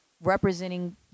representing